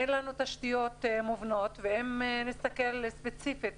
אין לנו תשתיות מובנות ואם נסתכל ספציפית